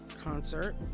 concert